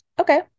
okay